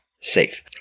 safe